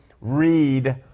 read